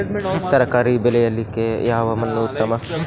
ತರಕಾರಿ ಬೆಳೆಯಲಿಕ್ಕೆ ಯಾವ ಮಣ್ಣು ಉತ್ತಮ?